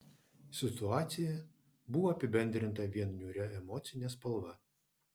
situacija buvo apibendrinta vien niūria emocine spalva